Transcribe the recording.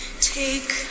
Take